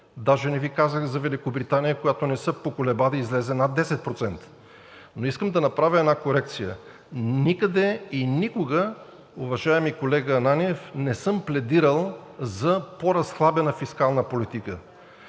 даже не Ви казах за Великобритания, която не се поколеба да излезе над 10%. Но искам да направя една корекция. Никъде и никога, уважаеми колега Ананиев, не съм пледирал за по-разхлабена фискална политика.